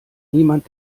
niemand